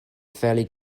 fairly